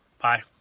Bye